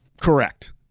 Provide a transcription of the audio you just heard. correct